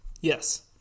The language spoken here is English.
Yes